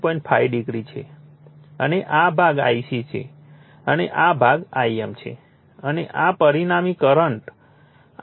5o છે અને આ ભાગ Ic છે અને આ ભાગ Im છે અને આ પરિણામી કરંટ I0 છે